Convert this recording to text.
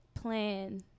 plan